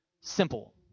simple